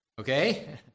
Okay